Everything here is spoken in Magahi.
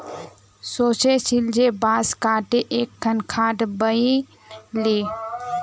सोचे छिल जे बांस काते एकखन खाट बनइ ली